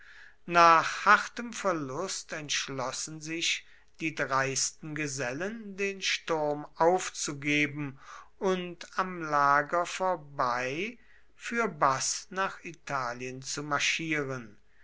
nach hartem verlust entschlossen sich die dreisten gesellen den sturm aufzugeben und am lager vorbei fürbaß nach italien zu marschieren